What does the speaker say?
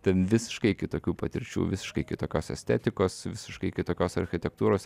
ten visiškai kitokių patirčių visiškai kitokios estetikos visiškai kitokios architektūros